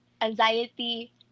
anxiety